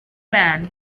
man